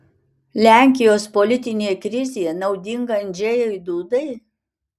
lenkijos politinė krizė naudinga andžejui dudai